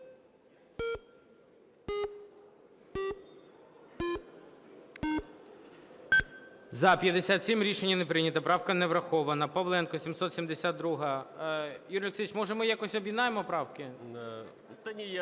За-57 Рішення не прийнято. Правка не врахована. Павленко, 772-а. Юрій Олексійович, може, ми якось об'єднаємо правки. Добре.